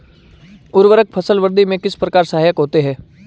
उर्वरक फसल वृद्धि में किस प्रकार सहायक होते हैं?